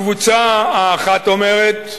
הקבוצה האחת אומרת: